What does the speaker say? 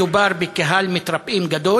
מדובר בקהל מתרפאים גדול,